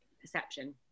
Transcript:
perception